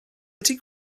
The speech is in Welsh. ydy